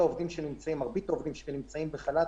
מרבית העובדים שנמצאים בחל"ת,